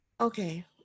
okay